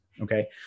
Okay